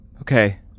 Okay